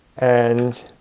and